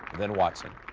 then watson.